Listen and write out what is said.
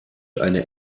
eine